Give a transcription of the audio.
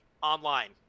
online